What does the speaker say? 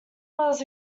was